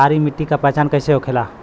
सारी मिट्टी का पहचान कैसे होखेला?